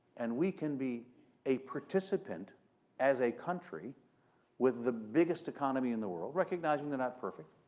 and we can be a participant as a country with the biggest economy in the world, recognizing they're not perfect,